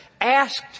asked